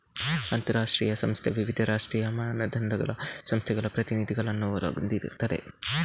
ಅಂತಾರಾಷ್ಟ್ರೀಯ ಸಂಸ್ಥೆ ವಿವಿಧ ರಾಷ್ಟ್ರೀಯ ಮಾನದಂಡಗಳ ಸಂಸ್ಥೆಗಳ ಪ್ರತಿನಿಧಿಗಳನ್ನ ಒಳಗೊಂಡಿರ್ತದೆ